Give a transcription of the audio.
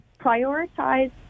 Prioritize